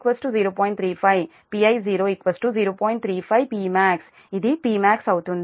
35Pmax ఇది Pmax అవుతుంది